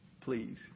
please